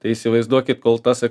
tai įsivaizduokit kol tas